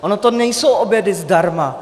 Ony to nejsou obědy zdarma!